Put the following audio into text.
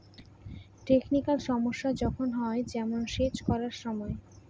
technical সমস্যা যখন হয়, যেমন সেচ করার সময়